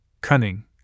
cunning